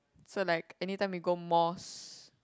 so like anytime you go mosque